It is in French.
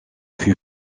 fut